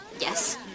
Yes